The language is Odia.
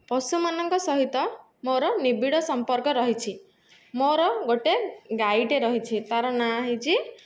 ପଶୁମାନଙ୍କ ସହିତ ମୋ'ର ନିବିଡ଼ ସମ୍ପର୍କ ରହିଛି ମୋ'ର ଗୋଟିଏ ଗାଈ ଟିଏ ରହିଛି ତାର ନାଁ ହେଉଛି